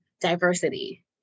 diversity